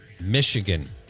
Michigan